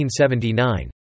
1979